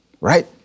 right